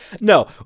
No